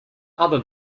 other